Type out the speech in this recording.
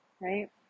right